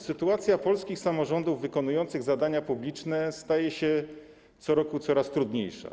Sytuacja polskich samorządów wykonujących zadania publiczne staje się co roku coraz trudniejsza.